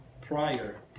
prior